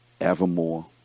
evermore